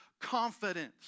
confidence